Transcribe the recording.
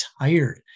tired